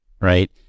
Right